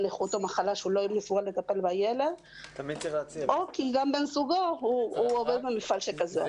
נכות או מחלה ולא מסוגל לטפל בילד או כי גם בן זוגו הוא עובד במפעל כזה.